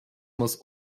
muss